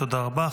תודה רבה.